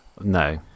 No